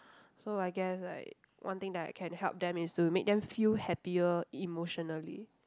so I guess like one thing that I can help them is to make them feel happier emotionally